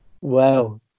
Wow